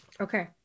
Okay